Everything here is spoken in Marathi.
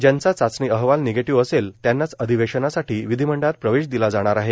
ज्यांचा चाचणी अहवाल निगेटिव्ह असेल त्यांनाच अधिवेशनासाठी विधिमंडळात प्रवेश दिला जाणार आहे